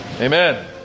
Amen